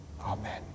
Amen